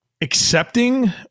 accepting